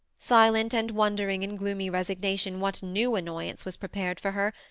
silent, and wondering in gloomy resignation what new annoyance was prepared for her,